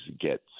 get